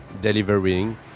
delivering